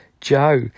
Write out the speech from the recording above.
Joe